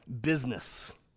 business